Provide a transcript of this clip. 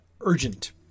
urgent